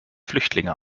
flüchtlinge